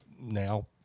now